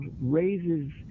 raises